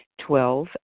Twelve